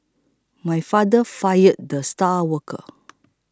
my father fired the star worker